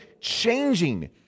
changing